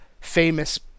famous